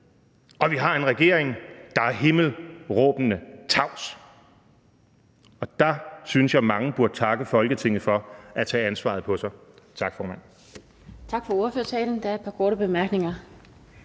at vi har en regering, der er himmelråbende tavs, og der synes jeg mange burde takke Folketinget for at tage ansvaret på sig. Tak, formand.